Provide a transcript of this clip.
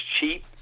cheap